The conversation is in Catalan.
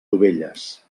dovelles